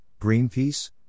Greenpeace